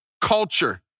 culture